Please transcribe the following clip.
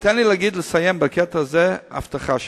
תן לי לסיים בקטע הזה עם הבטחה שלי.